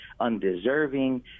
undeserving